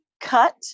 cut